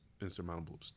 insurmountable